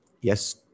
yes